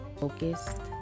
focused